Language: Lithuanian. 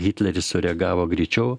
hitleris sureagavo greičiau